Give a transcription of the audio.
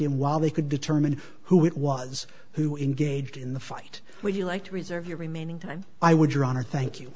him while they could determine who it was who engaged in the fight would you like to reserve your remaining time i would your honor thank you